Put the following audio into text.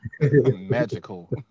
magical